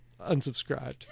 unsubscribed